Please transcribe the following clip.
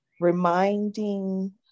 reminding